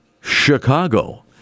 Chicago